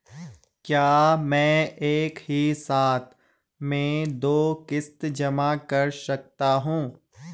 क्या मैं एक ही साथ में दो किश्त जमा कर सकता हूँ?